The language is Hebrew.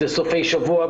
זה סופי שבוע,